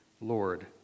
Lord